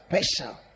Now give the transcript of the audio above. special